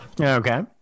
Okay